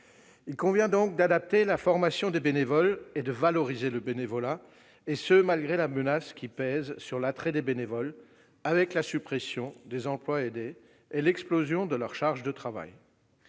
Il convient donc d'adapter la formation des bénévoles et de valoriser le bénévolat, et ce malgré la menace qui pèse sur l'attractivité du bénévolat, compte tenu de la suppression des emplois aidés et de l'explosion de la charge de travail